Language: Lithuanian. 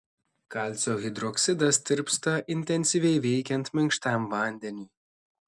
kalcio hidroksidas tirpsta intensyviai veikiant minkštam vandeniui